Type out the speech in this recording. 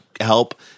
help